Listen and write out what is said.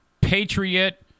patriot